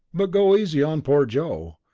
but go easy on poor joe.